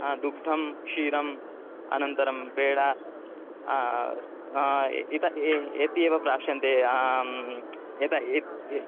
आ दुग्धं क्षीरम् अनन्तरं पेडा इति एते एति एव दास्यन्ते आम् एते एते एव